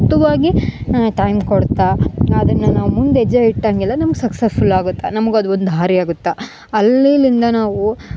ಯಚೆತ್ವಾಗಿ time ಕೊಡ್ತಾ ಅದನ್ನ ನಾವು ಮುಂದ ಹೆಜ್ಜೆ ಇಟ್ಟಂಗೆಲ್ಲ ನಮ್ಗ ಸಕ್ಸಸ್ಫುಲ್ ಆಗುತ್ತೆ ನಮ್ಗ ಅದೊಂದು ದಾರಿ ಆಗುತ್ತೆ ಅಲ್ಲಿಲಿಂದ ನಾವು ಒಂದುನ್ನ